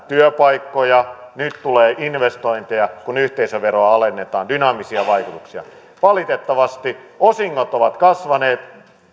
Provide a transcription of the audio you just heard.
työpaikkoja nyt tulee investointeja kun yhteisöveroa alennetaan dynaamisia vaikutuksia valitettavasti osingot ovat kasvaneet